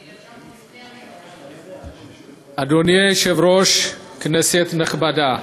אני נרשמתי לפני, אדוני היושב-ראש, כנסת נכבדה,